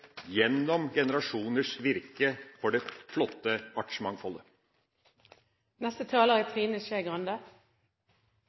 gjennom generasjoners virke for det flotte